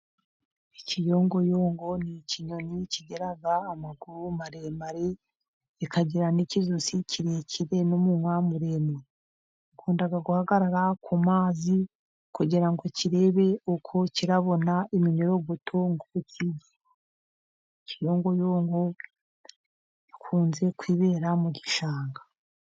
Ikiyunguyungo ni ikinyoni kigira amaguru maremare kikagira n'ikijosi kirekire, n'umunwa muremure. Gikunda guhagarara ku mazi kugira ngo kirebe uko kirabona iminyorogoto. Ikiyongoyongo gikunze kwibera mu gishanga.